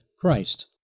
Christ